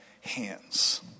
hands